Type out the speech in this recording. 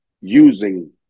using